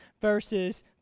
versus